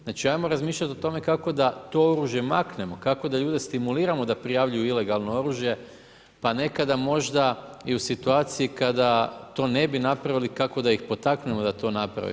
Znači ajmo razmišljati o tome kako da to oružje maknemo, kako da ljude stimuliramo da prijavljuju ilegalno oružje, pa nekada možda i u situaciju kada to ne bi napravili, kako da ih potaknemo da to napravimo.